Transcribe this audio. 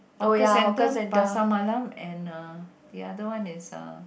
hawker center Pasar-Malam and uh the other one is uh